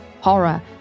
horror